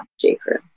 J.Crew